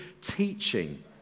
teaching